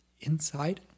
inside